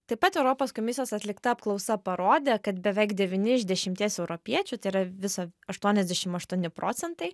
taip pat europos komisijos atlikta apklausa parodė kad beveik devyni iš dešimties europiečių tai yra viso aštuoniasdešim aštuoni procentai